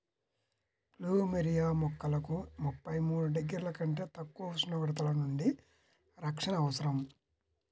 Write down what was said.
plumeria మొక్కలకు ముప్పై మూడు డిగ్రీల కంటే తక్కువ ఉష్ణోగ్రతల నుండి రక్షణ అవసరం